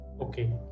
Okay